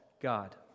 God